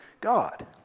God